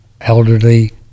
elderly